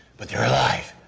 but they're alive.